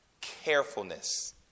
carefulness